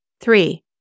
Three